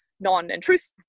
non-intrusive